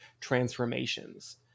transformations